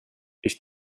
ich